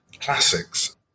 classics